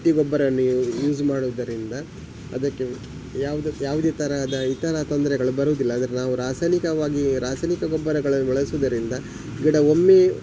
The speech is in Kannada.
ಹಟ್ಟಿಗೊಬ್ಬರವನ್ನೇ ಯೂಸ್ ಮಾಡುವುದರಿಂದ ಅದಕ್ಕೆ ಯಾವುದೆ ಯಾವುದೆ ತರಹದ ಇತರ ತೊಂದರೆಗಳು ಬರುವುದಿಲ್ಲ ಅಂದರೆ ನಾವು ರಾಸಾಯನಿಕವಾಗಿ ರಾಸಾಯನಿಕ ಗೊಬ್ಬರಗಳನ್ನು ಬಳಸೋದರಿಂದ ಗಿಡ ಒಮ್ಮೆ